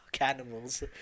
animals